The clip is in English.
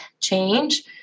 change